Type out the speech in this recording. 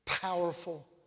powerful